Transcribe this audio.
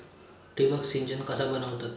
ठिबक सिंचन कसा बनवतत?